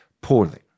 poorly